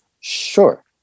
Sure